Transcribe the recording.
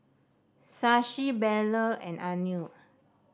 Shashi Bellur and Anil